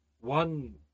one